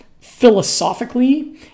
philosophically